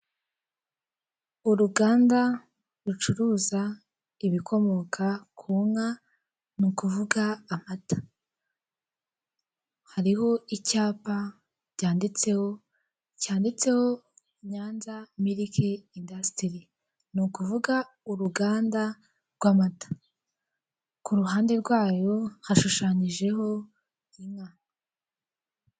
Uruganda rucuruza ibikomoka ku nka, ni ukuvuga amata, hariho icyapa byanditseho cyanditseho Nyanza miriki indasitiri, ni ukuvuga uruganda rw'amata, ku ruhande rwayo hashushanyijeho inka.